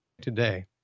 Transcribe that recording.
today